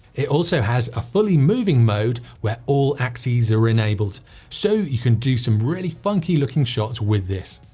it also has a fully moving mode where all axes are enabled so you can do some really funky looking shots with this